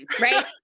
right